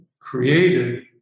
created